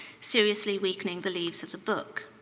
seriously weakening the leaves of the book.